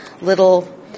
little